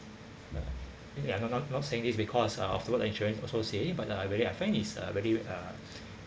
uh I'm not not not saying this because uh afterwards insurance also say but I uh very I find is uh very uh